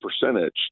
percentage